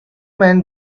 man